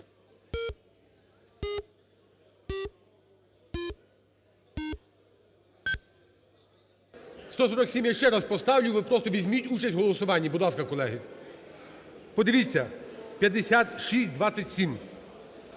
За-147 Я ще раз поставлю, але просто візьміть участь в голосуванні, будь ласка, колеги. Подивіться 5627,